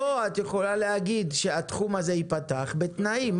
לא, את יכולה להגיד שהתחום הזה ייפתח בתנאים.